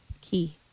key